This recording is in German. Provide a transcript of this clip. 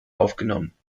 aufgenommen